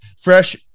fresh